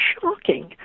shocking